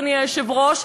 אדוני היושב-ראש,